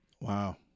Wow